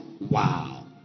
Wow